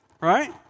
right